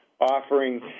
offering